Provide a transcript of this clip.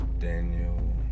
Daniel